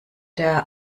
der